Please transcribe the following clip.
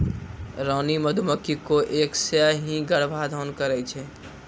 रानी मधुमक्खी कोय एक सें ही गर्भाधान करै छै